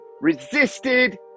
resisted